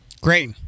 Great